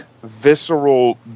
visceral